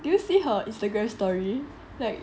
do you see her Instagram story like